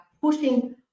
pushing